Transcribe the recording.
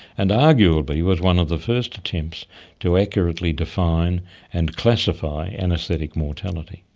and, arguably, was one of the first attempts to accurately define and classify anaesthetic mortality.